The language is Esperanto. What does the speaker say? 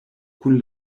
kun